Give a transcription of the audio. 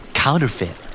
counterfeit